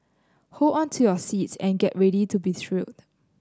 hold on to your seats and get ready to be thrilled